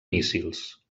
míssils